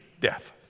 death